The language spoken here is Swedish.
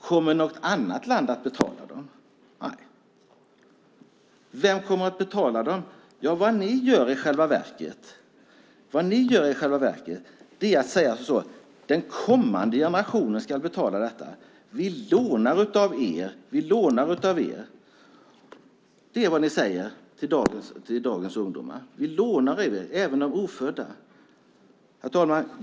Kommer något annat land att betala? Nej. Vem kommer då att betala? Vad ni i själva verket säger är att den kommande generationen ska betala detta. Vi lånar av er. Det är vad ni säger till dagens ungdomar. Vi lånar även av ofödda. Herr talman!